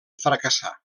fracassar